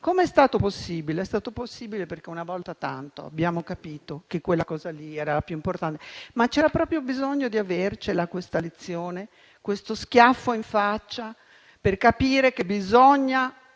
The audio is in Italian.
Come è stato possibile? È stato possibile perché, una volta tanto, abbiamo capito che quella cosa era la più importante. Ma c'era proprio bisogno di avere questa lezione, questo schiaffo in faccia, per capire che bisogna